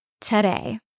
today